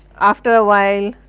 after a while,